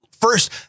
first